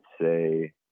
say